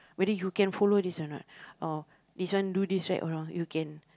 whether you can follow this or not or this one do this right or wrong you can